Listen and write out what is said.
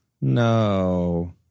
no